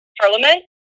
Parliament